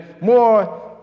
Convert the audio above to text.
more